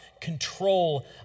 control